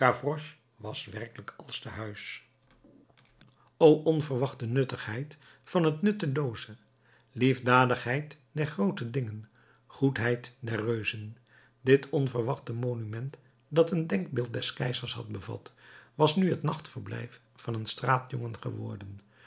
was werkelijk als te huis o onverwachte nuttigheid van het nuttelooze liefdadigheid der groote dingen goedheid der reuzen dit onverwachte monument dat een denkbeeld des keizers had bevat was nu het nachtverblijf van een straatjongen geworden